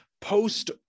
post